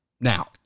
now